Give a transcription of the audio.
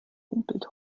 humpelt